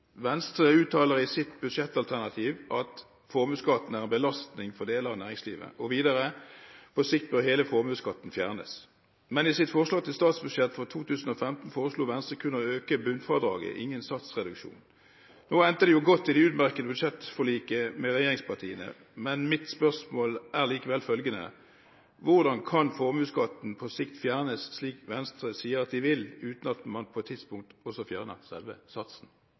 Venstre uttaler i sitt budsjettalternativ at formuesskatten er en «belastning for deler av næringslivet», og videre: «På sikt bør hele formuesskatten fjernes.» Men i sitt forslag til statsbudsjett for 2015 foreslo Venstre kun å øke bunnfradraget – ingen satsreduksjon. Nå endte det jo godt i det utmerkede budsjettforliket med regjeringspartiene, men mitt spørsmål er likevel følgende: Hvordan kan formuesskatten på sikt fjernes, slik Venstre sier at de vil, uten at man på et tidspunkt også fjerner selve satsen?